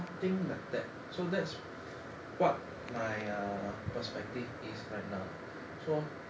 something like that so that's what my ah err perspective is right now lah so